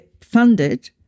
funded